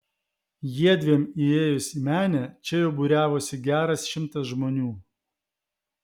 jiedviem įėjus į menę čia jau būriavosi geras šimtas žmonių